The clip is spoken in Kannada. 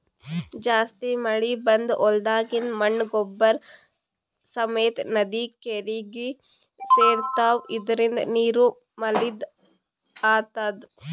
ಜಾಸ್ತಿ ಮಳಿ ಬಂದ್ ಹೊಲ್ದಾಗಿಂದ್ ಮಣ್ಣ್ ಗೊಬ್ಬರ್ ಸಮೇತ್ ನದಿ ಕೆರೀಗಿ ಸೇರ್ತವ್ ಇದರಿಂದ ನೀರು ಮಲಿನ್ ಆತದ್